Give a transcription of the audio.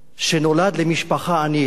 שנולד למשפחה ענייה,